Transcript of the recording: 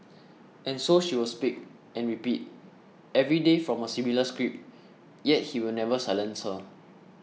and so she will speak and repeat every day from a similar script yet he will never silence her